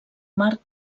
marc